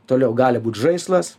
toliau gali būt žaislas